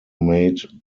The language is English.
made